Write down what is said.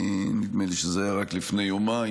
נדמה לי שזה היה רק לפני יומיים,